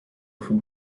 who